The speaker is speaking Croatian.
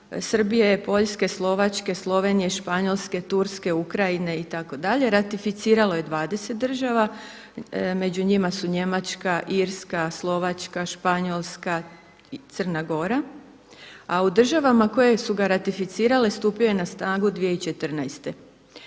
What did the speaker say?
Srbije, Poljske, Slovačke, Slovenije, Španjolske, Turske, Ukrajine itd. ratificiralo je 20 država, među njima su Njemačka, Irska, Crna Gora, a u državama koje su ga ratificirale stupio je na snagu 2014.